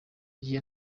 gihe